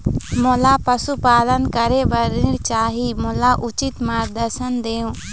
मोला पशुपालन करे बर ऋण चाही, मोला उचित मार्गदर्शन देव?